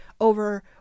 over